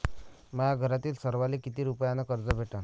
माह्या घरातील सर्वाले किती रुप्यान कर्ज भेटन?